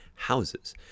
Houses